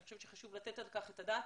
אני חושבת שחשוב לתת על כך את הדעת.